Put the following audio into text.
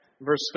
verse